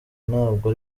ntabwo